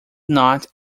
not